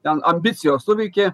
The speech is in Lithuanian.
ten ambicijos suveikė